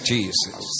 Jesus